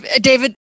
David